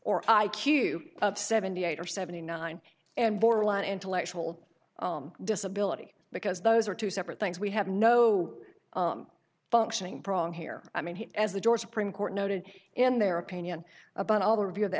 or i q of seventy eight or seventy nine and borderline intellectual disability because those are two separate things we have no functioning prong here i mean as the door supreme court noted in their opinion about all the review